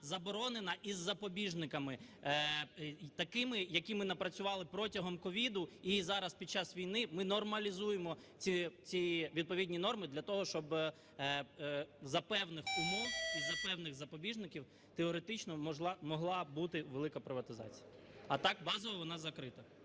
заборонена із запобіжниками такими, які ми напрацювали протягом COVID і зараз, під час війни, ми нормалізуємо ці відповідні норми для того, щоб за певних умов і за певних запобіжників теоретично могла бути велика приватизація. А так базово вона закрита.